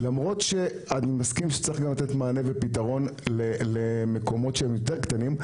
למרות שאני מסכים שצריך גם לתת מענה ופתרון למקומות שהם יותר קטנים,